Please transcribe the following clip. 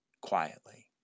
quietly